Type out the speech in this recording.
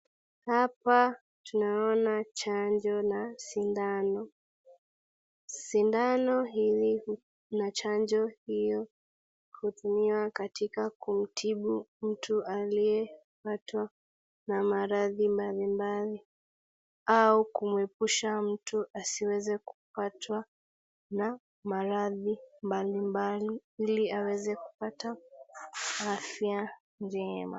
Hapa tunaona chanjo na sindano. Sindano hii na chanjo hiyo hutumiwa katika kumtibu mtu aliyepatwa na maradhi mbalimbali au kumuepusha mtu asiweze kupatwa na maradhi mbalimbali ili aweze kupata afya njema.